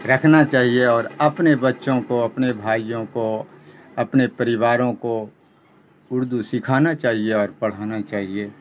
رکھنا چاہیے اور اپنے بچوں کو اپنے بھائیوں کو اپنے پریواروں کو اردو سکھانا چاہیے اور پڑھانا چاہیے